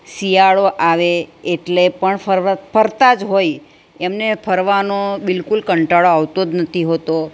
શિયાળો આવે એટલે પણ ફરવા ફરતા જ હોય એમને ફરવાનો બિલકુલ કંટાળો આવતો જ નથી હોતો